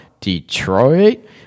Detroit